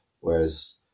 whereas